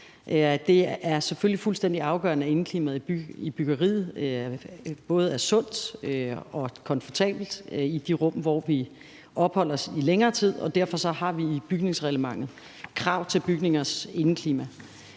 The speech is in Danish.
Det er selvfølgelig fuldstændig afgørende, at indeklimaet i byggeriet både er sundt og komfortabelt i de rum, hvor man opholder sig i længere tid, og derfor har vi i bygningsreglementet krav til bygningers indeklima.